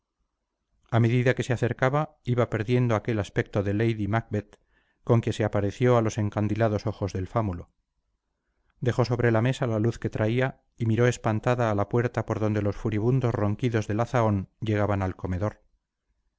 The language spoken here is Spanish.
a medida que se acercaba iba perdiendo aquel aspecto de lady macbeth con que se apareció a los encandilados ojos del fámulo dejó sobre la mesa la luz que traía y miró espantada a la puerta por donde los furibundos ronquidos de la zahón llegaban al comedor